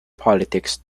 politics